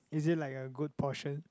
is it like a good portion